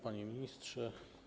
Panie Ministrze!